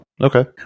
Okay